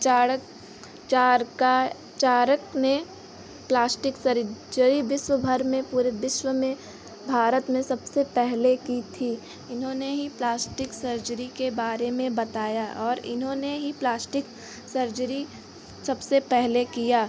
चाणक चारका चारक ने प्लास्टिक सर्जरी विश्व भर में पूरे विश्व में भारत में सबसे पहले की थी इन्होंने ही प्लास्टिक सर्जरी के बारे में बताया और इन्होंने ही प्लाश्टिक सर्जरी सबसे पहले किया